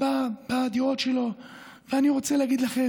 אנחנו ננצח אתכם.